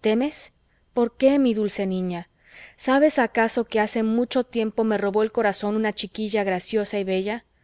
temes por qué mi dulce niña sabes acaso que hace mucho tiempo me robó el corazón una chiquilla graciosa y bella